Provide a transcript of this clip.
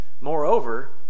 Moreover